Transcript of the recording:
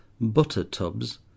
butter-tubs